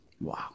Wow